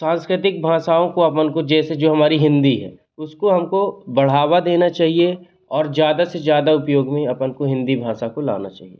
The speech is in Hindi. सांस्कृतिक भाषाओँ को अपन को जैसे जो हमारी हिंदी है उसको हमको बढ़ावा देना चाहिए और ज़्यादा से ज़्यादा उपयोग में अपन को हिंदी भाषा को लाना चाहिए